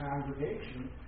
congregation